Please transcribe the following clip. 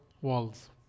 walls